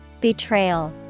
Betrayal